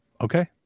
Okay